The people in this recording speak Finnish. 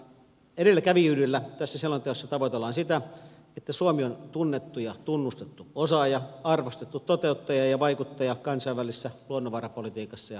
edelläkävijyydellä tässä selonteossa tavoitellaan sitä että suomi on tunnettu ja tunnustettu osaaja arvostettu toteuttaja ja vaikuttaja kansainvälisessä luonnonvarapolitiikassa ja liiketoiminnassa